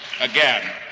again